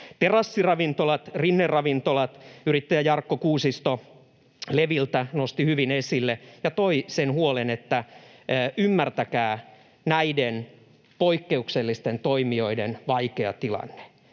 Terassiravintolat, rinneravintolat — yrittäjä Jarkko Kuusisto Leviltä nosti hyvin esille ja toi sen huolen, että ymmärtäkää näiden poikkeuksellisten toimijoiden vaikea tilanne.